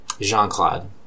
Jean-Claude